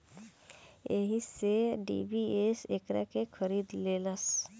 एही से डी.बी.एस एकरा के खरीद लेलस